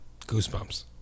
Goosebumps